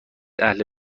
اهل